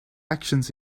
actions